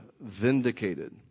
vindicated